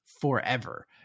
forever